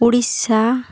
Odisha